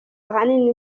ahanini